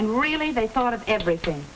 and really they thought of everything